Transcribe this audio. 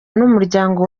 n’umuryango